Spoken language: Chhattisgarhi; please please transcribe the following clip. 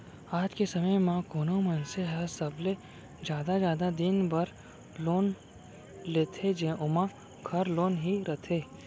आज के समे म कोनो मनसे ह सबले जादा जादा दिन बर लोन लेथे ओमा घर लोन ही रथे